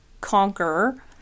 conquer